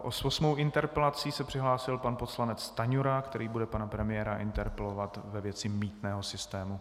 S osmou interpelací se přihlásil pan poslanec Stanjura, který bude pana premiéra interpelovat ve věci mýtného systému.